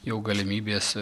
jau galimybės